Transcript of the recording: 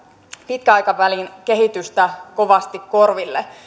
pitkän aikavälin kehitystä kovasti korville